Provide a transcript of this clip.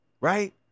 right